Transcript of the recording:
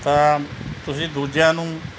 ਤਾਂ ਤੁਸੀਂ ਦੂਜਿਆਂ ਨੂੰ